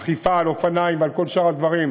אכיפה על אופניים ועל כל שאר הדברים,